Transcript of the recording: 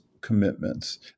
commitments